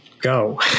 go